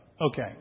Okay